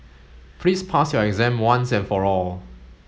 please pass your exam once and for all